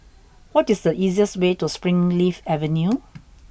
what is the easiest way to Springleaf Avenue